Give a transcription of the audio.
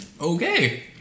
Okay